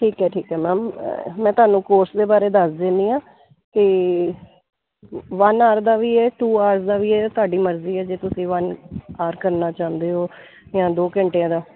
ਠੀਕ ਹੈ ਠੀਕ ਹੈ ਮੈਮ ਮੈਂ ਤੁਹਾਨੂੰ ਕੋਰਸ ਦੇ ਬਾਰੇ ਦੱਸ ਦਿੰਦੀ ਹਾਂ ਕਿ ਵਨ ਆਰ ਦਾ ਵੀ ਇਹ ਟੂ ਆਰ ਦਾ ਵੀ ਤੁਹਾਡੀ ਮਰਜ਼ੀ ਹੈ ਜੇ ਤੁਸੀਂ ਵੰਨ ਆਰ ਕਰਨਾ ਚਾਹੁੰਦੇ ਹੋ ਜਾਂ ਦੋ ਘੰਟਿਆਂ ਦਾ